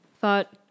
thought